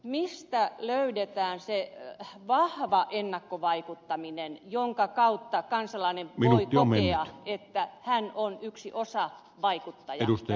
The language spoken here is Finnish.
mistä löydetään se vahva ennakkovaikuttaminen jonka kautta kansalainen voi kokea että hän on yksi osavaikuttaja eun kehityksessä